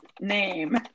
name